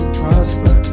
prosper